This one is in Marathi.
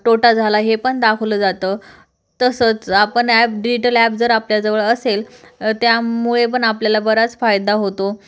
टोटा झाला हे पण दाखवलं जातं तसंच आपण ॲप डिईटल ॲप जर आपल्याजवळ असेल त्यामुळे पण आपल्याला बराच फायदा होतो